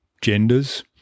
genders